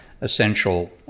essential